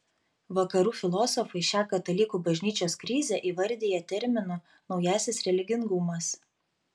vakarų filosofai šią katalikų bažnyčios krizę įvardija terminu naujasis religingumas